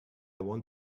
want